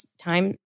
time